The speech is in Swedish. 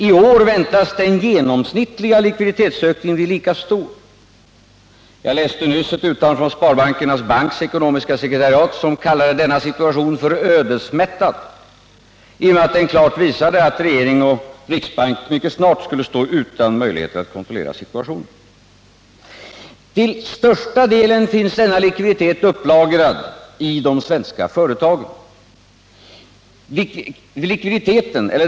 I år väntas den genomsnittliga likviditetsökningen bli lika stor. Jag läste nyss ett uttalande från Sparbankernas Banks ekonomiska sekretariat, som kallade denna situation ödesmättad, i och med att den klart visade att regering och riksbank mycket snart skulle stå utan möjligheter att kontrollera situationen. Till största delen finns denna likviditet upplagrad i de svenska företagen.